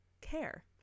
care